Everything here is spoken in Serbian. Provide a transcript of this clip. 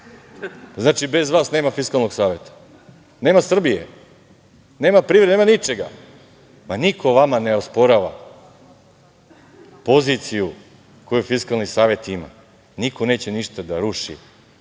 Znači, bez vas nema Fiskalnog saveta. Nema Srbije. Nema privrede. Nema ničega. Niko vama ne osporava poziciju koju Fiskalni savet ima. Niko neće ništa da ruši.